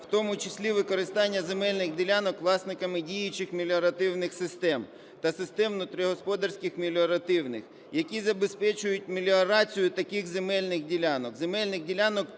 в тому числі використання земельних ділянок власниками діючих меліоративних систем та систем внутрігосподарських меліоративних, які забезпечують меліорацію таких земельних ділянок,